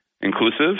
inclusive